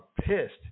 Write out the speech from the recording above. pissed